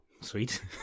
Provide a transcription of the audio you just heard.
Sweet